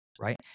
right